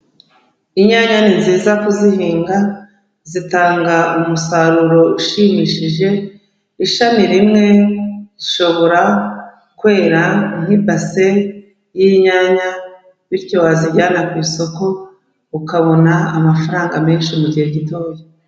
Inyanya nizi kuzihinga zitanga umusaruro ushimishije, ishami rimwe rishobora kwera nk'ibase y'inyanya, bityo wazijyana ku isoko ukabona amafaranga menshi mu gihe gitoya.